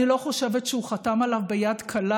אני לא חושבת שהוא חתם עליו ביד קלה